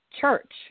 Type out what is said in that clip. church